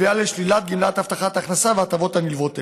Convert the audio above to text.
מביאה לשלילת גמלת הבטחת הכנסה וההטבות הנלוות אליה.